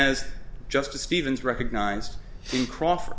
as justice stevens recognized he crawford